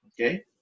Okay